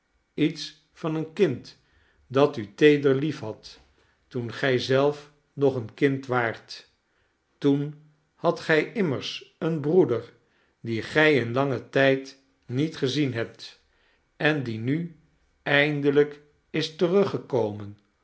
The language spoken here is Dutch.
iets van een kind dat u teeder liefhad toen gij zelf nog een kind waart toen had gij immers een broeder dien gij in langen tijd niet gezien hebt en die nu eindelijk is teruggekomen